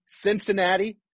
Cincinnati